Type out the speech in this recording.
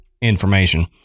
information